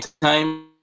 time